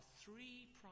three